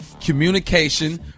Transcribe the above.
Communication